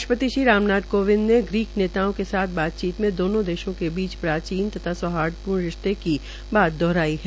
राष्ट्रपति श्री राम नाथ कोविंद ने ग्रीक नेताओं के साथ बातचीत में दोनों देशों के बीच प्राचीन तथा सौहार्दपूर्ण रिश्ते की बात दोहराई है